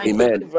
Amen